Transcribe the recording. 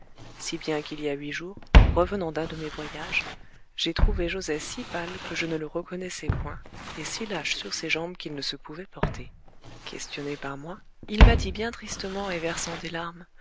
si bien qu'il y a huit jours revenant d'un de mes voyages j'ai trouvé joset si pâle que je ne le reconnaissais point et si lâche sur ses jambes qu'il ne se pouvait porter questionné par moi il m'a dit bien tristement et versant des larmes